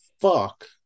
fuck